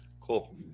Cool